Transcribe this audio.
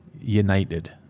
United